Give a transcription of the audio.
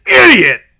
idiot